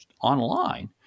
online